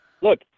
Look